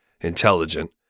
intelligent